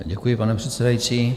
Děkuji, paní předsedající.